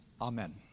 Amen